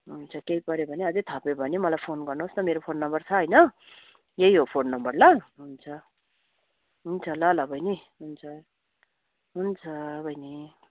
हुन्छ केही पऱ्यो भने अझै थप्यो भने मलाई फोन गर्नुहोस् न मेरो फोन नम्बर छ होइन यही हो फोन नम्बर ल हुन्छ हुन्छ ल ल बहिनी हुन्छ हुन्छ बहिनी